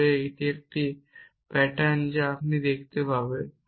তবে এটি এমন একটি প্যাটার্ন যা আপনি দেখতে পারেন